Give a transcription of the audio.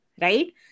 right